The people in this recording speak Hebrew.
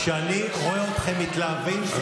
אני רואה אותם מתלהבים.